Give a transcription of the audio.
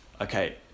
okay